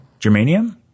Germanium